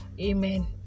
amen